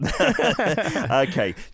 Okay